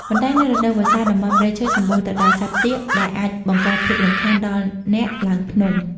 ប៉ុន្តែនៅរដូវវស្សា តំបន់ព្រៃឈើសម្បូរទៅដោយសត្វទាក ដែលអាចបង្កភាពរំខានដល់អ្នកឡើងភ្នំ។